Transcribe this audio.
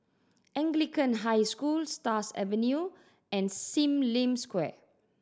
Anglican High School Stars Avenue and Sim Lim Square